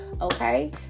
okay